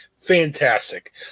Fantastic